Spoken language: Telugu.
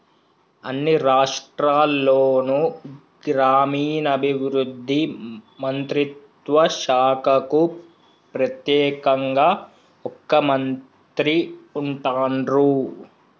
అన్ని రాష్ట్రాల్లోనూ గ్రామీణాభివృద్ధి మంత్రిత్వ శాఖకు ప్రెత్యేకంగా ఒక మంత్రి ఉంటాన్రు